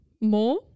more